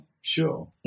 sure